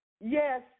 Yes